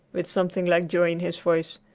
with something like joy in his voice.